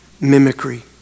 Mimicry